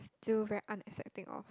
still very unaccepting of